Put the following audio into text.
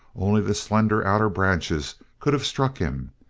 only the slender outer branches could have struck him,